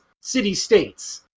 city-states